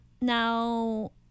now